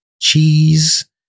cheese